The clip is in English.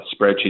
spreadsheet